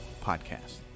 Podcast